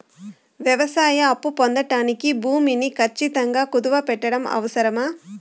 వ్యవసాయ అప్పు పొందడానికి భూమిని ఖచ్చితంగా కుదువు పెట్టడం అవసరమా?